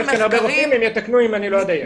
יש כאן הרבה רופאים, הם יתקנו אם אני לא אדייק.